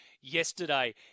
yesterday